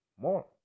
more